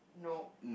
nope